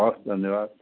हवस् धन्यवाद